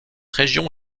région